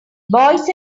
boys